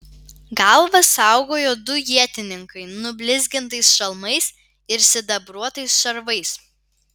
galvas saugojo du ietininkai nublizgintais šalmais ir sidabruotais šarvais